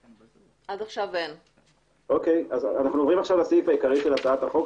אנחנו מדברים על הסעיף העיקרי של הצעת החוק,